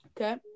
okay